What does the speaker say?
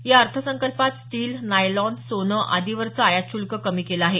या अर्थसंकल्पात steel nylon सोनं आदीवरचं आयात शुल्क कमी केलं आहे